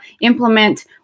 implement